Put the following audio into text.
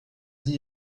dit